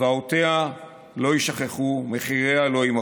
זוועותיה לא יישכחו, מחיריה לא יימחו.